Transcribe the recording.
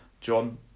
John